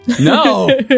No